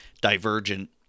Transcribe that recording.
Divergent